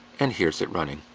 and here's it running.